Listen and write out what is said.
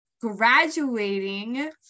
graduating